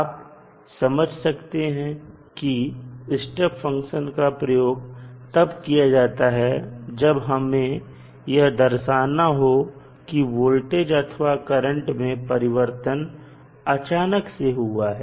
आप समझ सकते हैं कि स्टेप फंक्शन का प्रयोग तब किया जाता है जब हमें यह दर्शाना हो कि वोल्टेज अथवा करंट में परिवर्तन अचानक से हुआ है